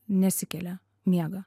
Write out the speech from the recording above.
nesikelia miega